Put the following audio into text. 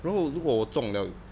然后如果我中了